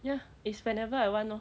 ya is whenever I want lor